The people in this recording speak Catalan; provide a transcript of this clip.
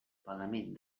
pagament